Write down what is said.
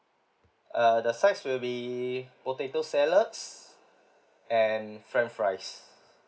uh the sides will be potato salads and french fries